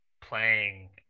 playing